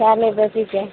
सएह लेब बेसीके